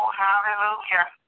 hallelujah